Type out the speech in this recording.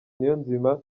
niyonzima